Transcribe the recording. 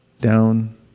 down